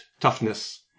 toughness